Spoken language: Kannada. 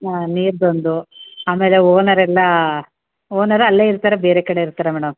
ಹಾಂ ನೀರಿನ್ದೊಂದು ಆಮೇಲೆ ಓನರ್ ಎಲ್ಲ ಓನರ್ ಅಲ್ಲೇ ಇರ್ತಾರಾ ಬೇರೆ ಕಡೆ ಇರ್ತಾರಾ ಮೇಡಮ್